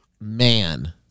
man